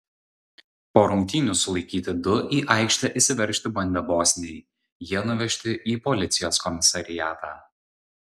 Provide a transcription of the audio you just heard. po rungtynių sulaikyti du į aikštę išsiveržti bandę bosniai jie nuvežti į policijos komisariatą